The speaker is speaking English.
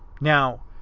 Now